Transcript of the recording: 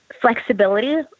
flexibility